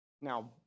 Now